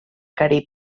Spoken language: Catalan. carib